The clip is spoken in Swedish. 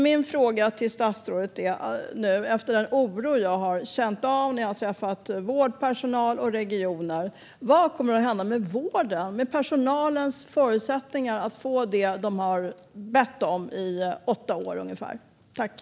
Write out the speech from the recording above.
Min fråga till statsrådet är nu, efter den oro jag har känt av när jag har träffat vårdpersonal och regioner: Vad kommer att hända med vården och med personalens förutsättningar att få det som de har bett om i ungefär åtta år?